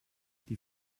die